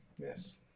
Yes